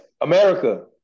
America